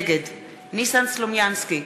נגד ניסן סלומינסקי,